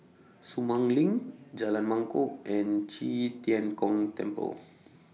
Sumang LINK Jalan Mangkok and Qi Tian Gong Temple